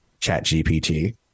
ChatGPT